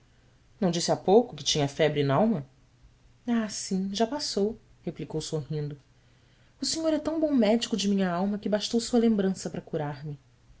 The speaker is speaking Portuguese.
não disse há pouco que tinha febre n alma h im á passou replicou sorrindo senhor é tão bom médico de minha alma que bastou sua lembrança para curar-me